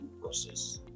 process